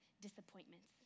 disappointments